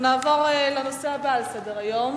אנחנו נעבור להצבעה על הצעת החוק השנייה באותו נושא,